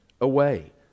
away